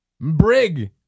Brig